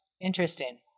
interesting